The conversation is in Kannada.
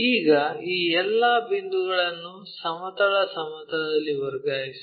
ಈಗ ಈ ಎಲ್ಲಾ ಬಿಂದುಗಳನ್ನು ಸಮತಲ ಸಮತಲದಲ್ಲಿ ವರ್ಗಾಯಿಸಿ